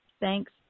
Thanks